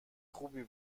خوبی